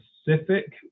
specific